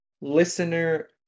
listener